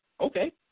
Okay